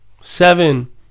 Seven